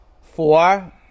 four